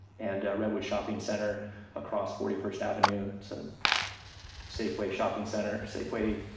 and redwood shopping center across forty first avenue. it's a safeway, shopping center, safeway,